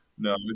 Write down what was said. No